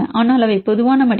ஆனால் அவை பொதுவான மடிப்பு